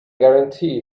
guarantee